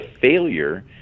failure